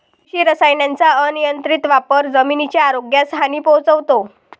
कृषी रसायनांचा अनियंत्रित वापर जमिनीच्या आरोग्यास हानी पोहोचवतो